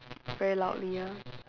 very loudly ah